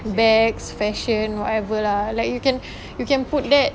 bags fashion whatever lah like you can you can put that